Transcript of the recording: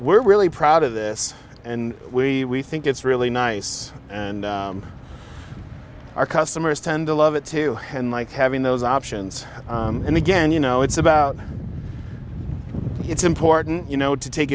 we're really proud of this and we think it's really nice and our customers tend to love it too and like having those options and again you know it's about it's important you know to take